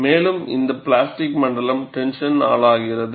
மேலும் இந்த பிளாஸ்டிக் மண்டலம் டென்ஷன் ஆளாகிறது